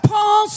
Paul